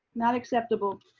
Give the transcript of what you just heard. not acceptable.